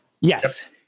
Yes